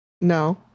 No